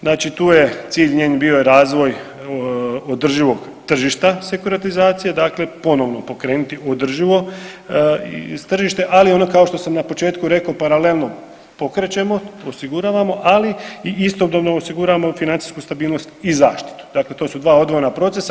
Znači tu je cilj njen bio razvoj održivog tržišta sekuritizacije, dakle ponovno pokrenuti održivo tržište, ali ono kao što sam na početku rekao paralelno pokrećemo, osiguravamo, ali i istodobno osiguravamo financijsku stabilnost i zaštitu, dakle to su dva odvojena procesa.